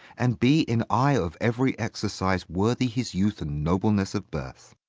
and be in eye of every exercise worthy his youth and nobleness of birth.